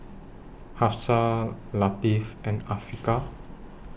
Hafsa Latif and Afiqah